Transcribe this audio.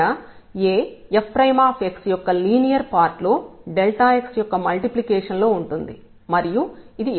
ఇక్కడ A f యొక్క linear part లో x యొక్క మల్టిప్లికేషన్ లో ఉంటుంది మరియు ఇది